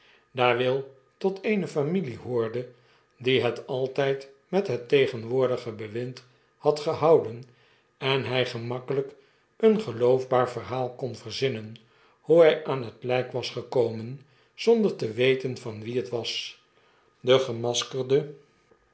daar will tot eene familie hoorde die het altyd met het tegenwoordige bewind had gehonden en hy gemakkelp een geloofbaar verhaal kon verzmnen hoe hy aan het lijk was gekomen zonder te weten van wie het was de gemaskerde